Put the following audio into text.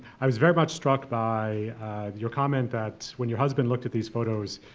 i was very much struck by your comment that when your husband looked at these photos,